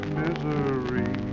misery